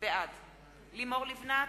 בעד לימור לבנת,